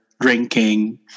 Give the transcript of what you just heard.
drinking